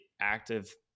active